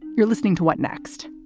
you're listening to what next.